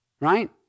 Right